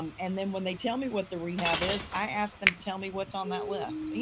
um and then when they tell me what the rehab is, i ask them, tell me what's on that list. you